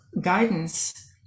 guidance